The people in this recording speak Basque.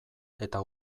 eta